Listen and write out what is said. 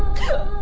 go